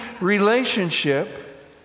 relationship